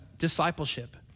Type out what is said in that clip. discipleship